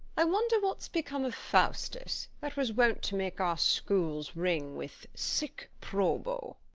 i wonder what's become of faustus, that was wont to make our schools ring with sic probo.